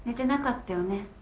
did nakatona